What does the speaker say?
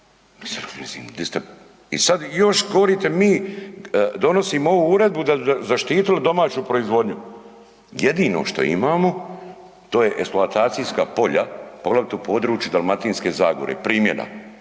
i sad još govorite mi donosimo ovu uredbu da bi zaštitili domaću proizvodnju. Jedino što imamo, to je eksploatacijska polja, poglavito područja Dalmatinske zagore, primjera.